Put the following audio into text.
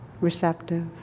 receptive